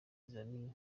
ibizamini